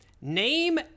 Name